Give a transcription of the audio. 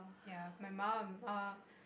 ya my mum err